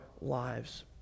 lives